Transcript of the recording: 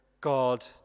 God